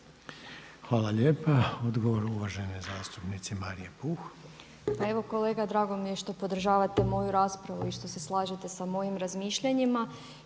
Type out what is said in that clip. Hvala lijepa. Odgovor uvažene zastupnice Marije Puh. **Puh, Marija (HNS)** Pa evo kolega drago mi je što podržavate moju raspravu i što se slažete sa mojim razmišljanjima,